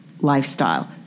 lifestyle